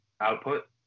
output